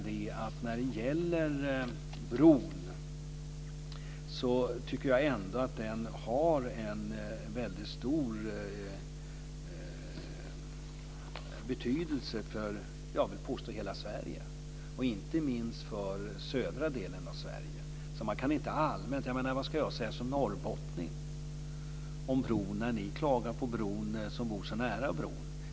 Allmänt kan jag väl konstatera att bron har en väldigt stor betydelse för hela Sverige - inte minst för södra delen av Sverige. Vad ska jag som norrbottning säga om bron när ni som bor så nära bron klagar på den?